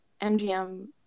MGM